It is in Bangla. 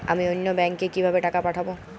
আমি অন্য ব্যাংকে কিভাবে টাকা পাঠাব?